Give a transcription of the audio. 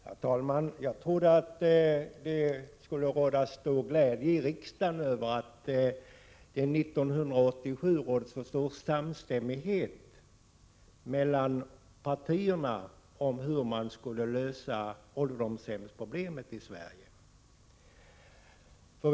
Herr talman! Jag trodde att det skulle råda stor glädje här i riksdagen över att det 1987 uppnåddes så stor samstämmighet mellan partierna om hur ålderdomshemsproblemet i Sverige skall lösas.